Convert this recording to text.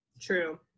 true